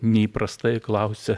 neįprastai klausia